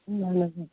اَہَن حظ